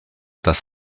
das